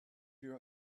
you